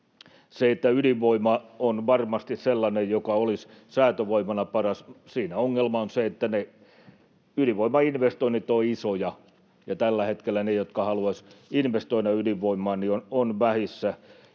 Siihen, että ydinvoima on varmasti sellainen, joka olisi säätövoimana paras: siinä ongelmana on se, että ydinvoimainvestoinnit ovat isoja, ja tällä hetkellä ne, jotka haluaisivat investoida ydinvoimaan, ovat vähissä.